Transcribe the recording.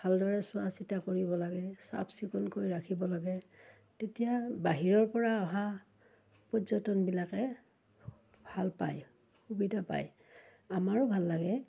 ভালদৰে চোৱা চিতা কৰিব লাগে চাফচিকুণকৈ ৰাখিব লাগে তেতিয়া বাহিৰৰপৰা অহা পৰ্যটনবিলাকে ভাল পায় সুবিধা পায় আমাৰো ভাল লাগে